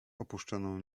opuszczoną